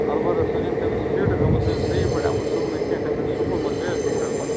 البتہ سۄ چھےٚ نہٕ تٔمِس فِٹ گٲمٕژ سۄ چھَنہٕ صحیح پٲٹھۍ آمٕژ سُونہٕ کیٚنٛہہ تٔمِس چھِکھ سکوٗلہٕ منٛزٕ بے عزتی کٔرمٕژ